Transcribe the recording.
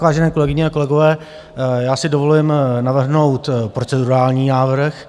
Vážené kolegyně a kolegové, já si dovolím navrhnout procedurální návrh.